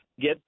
Get